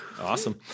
Awesome